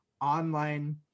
online